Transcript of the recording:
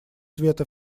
света